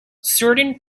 certain